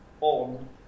on